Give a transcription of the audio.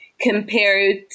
compared